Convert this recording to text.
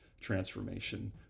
transformation